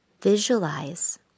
Visualize